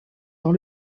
dans